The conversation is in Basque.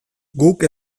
guk